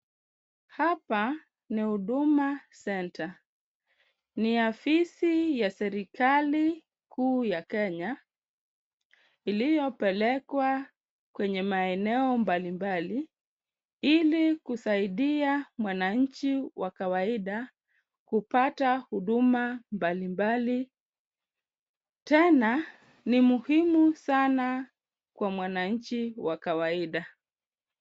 Hapa ni huduma center. Ni afisi ya serikali kuu ya Kenya, iliyopelekwa kwenye maeneo mbalimbali, ili kusaidia mwananchi wa kawaida kupata huduma mbalimbali. Tena ni muhimu sana kwa mwananchi wa kawaida.